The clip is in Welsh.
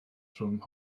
rhwng